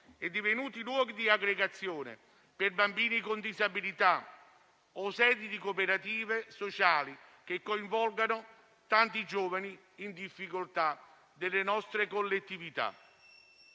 e divenuti luoghi di aggregazione per bambini con disabilità o sedi di cooperative sociali che coinvolgono tanti giovani in difficoltà delle nostre collettività.